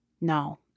No